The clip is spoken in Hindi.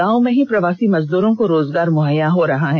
गांव में ही प्रवासी मजदूरों को रोजगार मुहैया हो रहा है